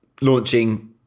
launching